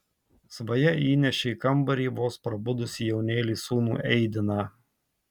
svaja įnešė į kambarį vos prabudusį jaunėlį sūnų eidiną